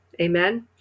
Amen